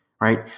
right